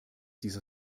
dieser